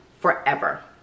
forever